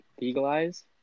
legalize